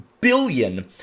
billion